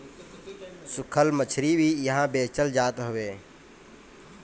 सुखल मछरी भी इहा बेचल जात हवे